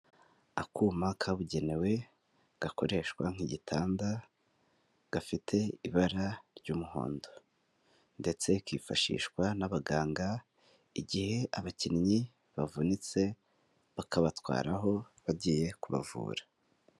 Akuma kabugenewe gakoreshwa nk'igitanda gafite ibara ry'umuhondo, ndetse kifashishwa n'abaganga igihe abakinnyi bavunitse bakabatwaraho bagiye kubavura.